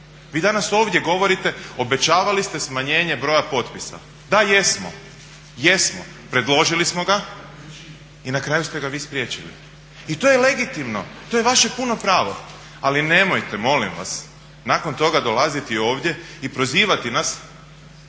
Vi danas ovdje govorite, obećavali ste smanjenje broja potpisa, da jesmo, jesmo predložili smo ga i na kraju ste ga vi spriječili. I to je legitimno, to je vaše puno pravo ali nemojte molim vas nakon toga dolaziti ovdje i prozivati nas,